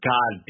God